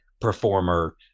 performer